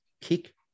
kick